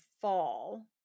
fall